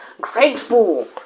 grateful